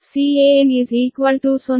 ಆದ್ದರಿಂದ Can 0